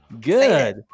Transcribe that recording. Good